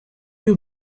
you